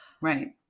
Right